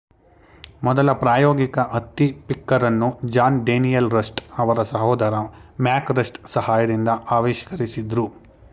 ಮೊದಲ ಪ್ರಾಯೋಗಿಕ ಹತ್ತಿ ಪಿಕ್ಕರನ್ನು ಜಾನ್ ಡೇನಿಯಲ್ ರಸ್ಟ್ ಅವರ ಸಹೋದರ ಮ್ಯಾಕ್ ರಸ್ಟ್ ಸಹಾಯದಿಂದ ಆವಿಷ್ಕರಿಸಿದ್ರು